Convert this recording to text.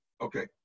Okay